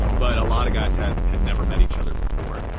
but a lot of guys had had never met each other before.